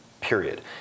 Period